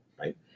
right